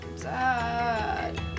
Dad